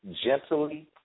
gently